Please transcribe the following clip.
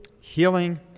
healing